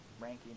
ranking